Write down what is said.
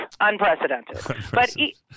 unprecedented